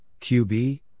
QB